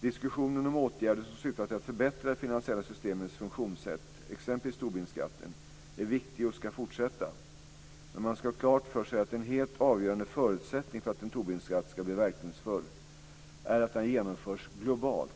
Diskussionen om åtgärder som syftar till att förbättra det finansiella systemets funktionssätt, t.ex. Tobinskatten, är viktig och ska fortsätta. Men man ska ha klart för sig att en helt avgörande förutsättning för att en Tobinskatt ska bli verkningsfull, är att den genomförs globalt.